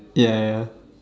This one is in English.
ya ya